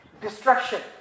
destruction